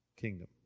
kingdom